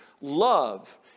Love